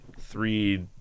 three